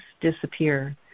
disappear